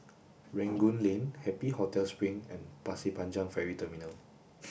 Rangoon Lane Happy Hotel Spring and Pasir Panjang Ferry Terminal